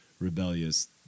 rebellious